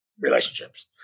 relationships